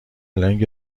لنگ